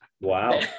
Wow